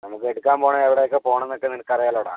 നമുക്ക് എടുക്കാൻ പോകണം എവിടെ ഒക്കെ പോകണം എന്നൊക്കെ നിനക്ക് അറിയാമല്ലോടാ